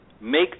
make